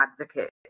advocate